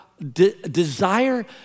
desire